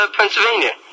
Pennsylvania